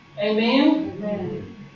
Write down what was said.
Amen